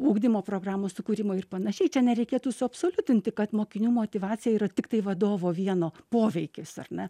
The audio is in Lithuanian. ugdymo programų sukūrimą ir panašiai čia nereikėtų suabsoliutinti kad mokinių motyvacija yra tiktai vadovo vieno poveikis ar ne